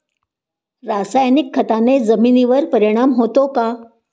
रासायनिक खताने जमिनीवर परिणाम होतो का?